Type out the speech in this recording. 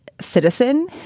citizen